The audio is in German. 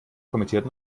kommentiert